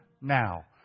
now